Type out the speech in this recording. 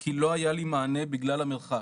כי לא היה לי מענה בגלל המרחק.."